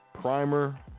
Primer